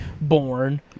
born